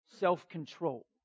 Self-control